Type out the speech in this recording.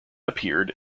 appeared